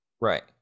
Right